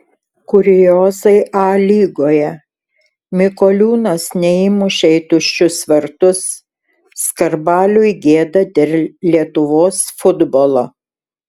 kuriozai a lygoje mikoliūnas neįmušė į tuščius vartus skarbaliui gėda dėl lietuvos futbolo